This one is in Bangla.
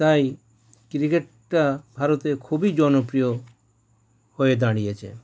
তাই ক্রিকেটটা ভারতে খুবই জনপ্রিয় হয়ে দাঁড়িয়েছে